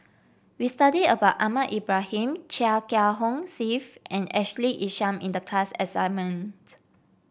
we studied about Ahmad Ibrahim Chia Kiah Hong Steve and Ashley Isham in the class assignment